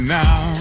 now